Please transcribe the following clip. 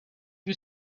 you